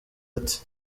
ati